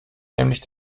nämlich